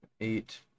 eight